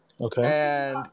Okay